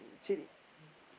chili